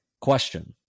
Question